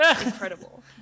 incredible